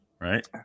right